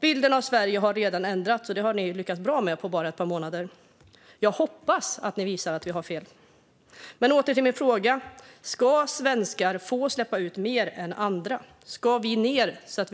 Bilden av Sverige har alltså redan ändrats, och det har ni lyckats bra med på bara ett par månader. Jag hoppas att ni visar att vi har fel. Åter till mina frågor: Ska svenskar få släppa ut mer än andra? Ska vi minska